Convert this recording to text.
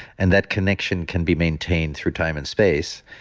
and that connection can be maintained through time and space.